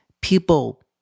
people